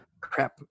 Crap